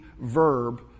verb